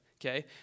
Okay